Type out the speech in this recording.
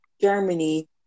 Germany